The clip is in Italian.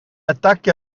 attacchi